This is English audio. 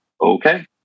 okay